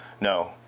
No